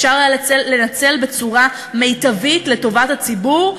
אפשר היה לנצל בצורה מיטבית לטובת הציבור,